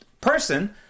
person